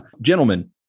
Gentlemen